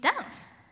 dance